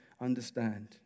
understand